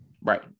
right